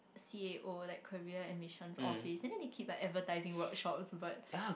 C A O like career admissions office and then they keep like advertising workshops but